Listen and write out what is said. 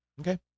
Okay